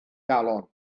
galon